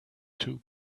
two